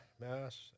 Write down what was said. mass